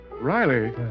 Riley